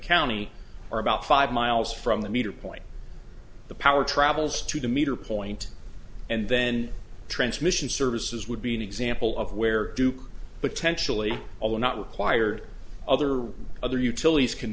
county are about five miles from the meter point the power travels to the meter point and then transmission services would be an example of where duke potentially although not required other or other utilities can